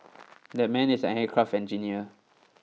that man is an aircraft engineer